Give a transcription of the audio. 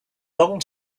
long